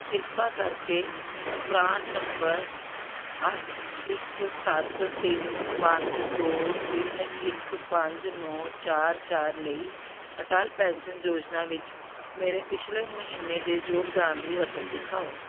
ਕਿਰਪਾ ਕਰਕੇ PRAN number ਅੱਠ ਇੱਕ ਸੱਤ ਤਿੰਨ ਪੰਜ ਦੋ ਤਿੰਨ ਇੱਕ ਪੰਜ ਨੌਂ ਚਾਰ ਚਾਰ ਲਈ ਅਟੱਲ ਪੈਨਸ਼ਨ ਯੋਜਨਾ ਵਿੱਚ ਮੇਰੇ ਪਿਛਲੇ ਮਹੀਨੇ ਦੇ ਯੋਗਦਾਨ ਦੀ ਰਕਮ ਦਿਖਾਓ